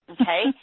okay